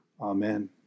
Amen